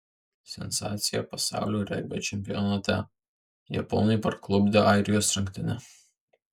sensacija pasaulio regbio čempionate japonai parklupdė airijos rinktinę